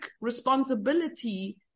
responsibility